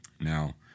Now